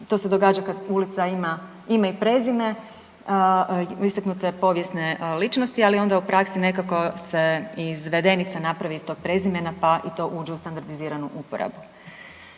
To se događa kad ulica ima ime i prezime istaknule povijesne ličnosti, ali onda u praksi nekako se izvedenica napravi iz tog prezimena pa i to uđe u standardiziranu uporabu.